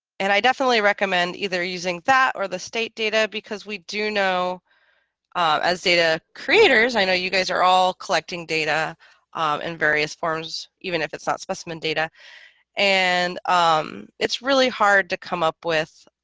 and i definitely recommend either using that or the state data because we do know as data creators. i know you guys are all collecting data in various forms, even if it's not specimen data and um it's really hard to come up with